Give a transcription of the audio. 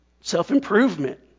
Self-improvement